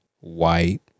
white